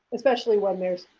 especially when there is,